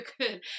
good